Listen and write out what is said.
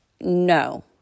no